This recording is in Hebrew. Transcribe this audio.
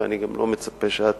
ואני גם לא מצפה שאת